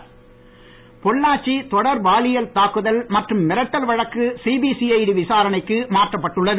பொள்ளாச்சி பொள்ளாச்சி தொடர் பாலியல் தாக்குதல் மற்றும் மிரட்டல் வழக்கு சிபி சிஐடி விசாரணைக்கு மாற்றப்பட்டுள்ளது